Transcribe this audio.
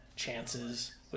Chances